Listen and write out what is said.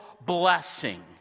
blessing